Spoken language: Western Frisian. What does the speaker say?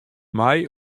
mei